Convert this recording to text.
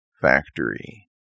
factory